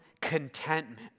contentment